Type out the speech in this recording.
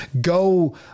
go